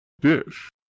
Dish